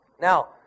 Now